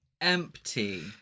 Empty